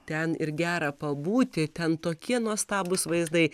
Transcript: ten ir gera pabūti ten tokie nuostabūs vaizdai